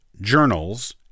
journals